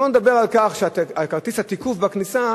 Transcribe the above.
אנחנו לא נדבר על כך שכרטיס התיקוף בכניסה,